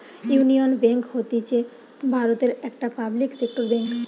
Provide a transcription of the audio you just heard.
union Bank হতিছে ভারতের একটি পাবলিক সেক্টর বেঙ্ক